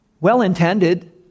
Well-intended